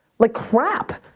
like crap!